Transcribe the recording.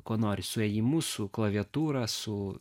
kuo nori su ėjimu su klaviatūrą su